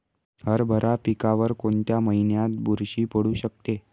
हरभरा पिकावर कोणत्या महिन्यात बुरशी पडू शकते?